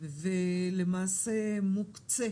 ולמעשה מוקצה